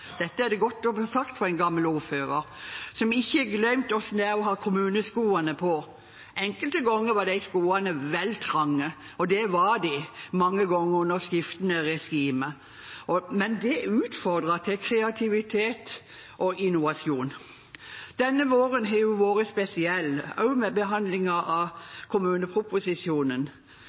Dette er det godt å få sagt for en gammel ordfører som ikke har glemt hvordan det er å ha kommuneskoene på. Enkelte ganger var de skoene vel trange, og det var de mange ganger under skiftende regimer. Men det utfordret til kreativitet og innovasjon. Denne våren har jo vært spesiell, også under behandlingen av kommuneproposisjonen,